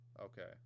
Okay